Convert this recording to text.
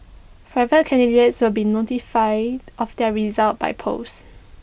private candidates will be notified of their results by post